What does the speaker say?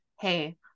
hey